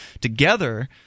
together